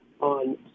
on